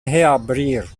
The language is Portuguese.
reabrir